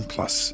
Plus